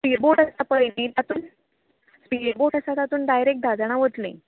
speed boat आसता पळय न्ही तातूंत स्पीड बोट आसा तातूंत डायरॅक्ट धा जाण वतलीं